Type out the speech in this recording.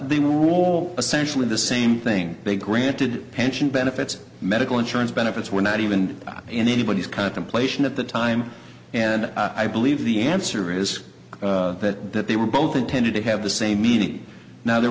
they were role essentially the same thing they granted pension benefits medical insurance benefits were not even in anybody's contemplation at the time and i believe the answer is that they were both intended to have the same meaning now there